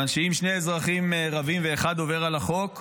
מכיוון שאם שני אזרחים רבים ואחד עובר על החוק,